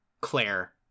Claire